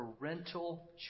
parental